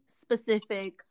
specific